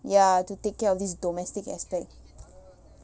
ya to take care of this domestic aspect